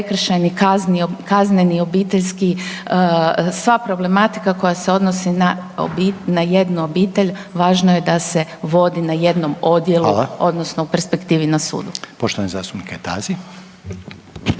prekršajni, kazneni, obiteljski, sva problematika koja se odnosi na jednu obitelj važno je da se vodi na jednom odjelu odnosno …/Upadica: Hvala./… u